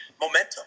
momentum